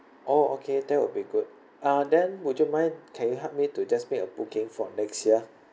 oh okay that will be good ah then would you mind can you help me to just make a booking for next year